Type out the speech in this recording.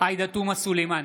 עאידה תומא סלימאן,